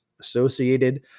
associated